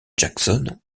jackson